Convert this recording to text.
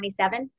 27